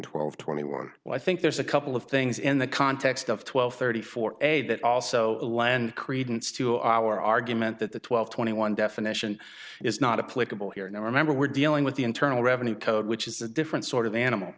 twelve twenty one well i think there's a couple of things in the context of twelve thirty four a that also lend credence to our argument that the twelve twenty one definition is not a political here now remember we're dealing with the internal revenue code which is a different sort of animal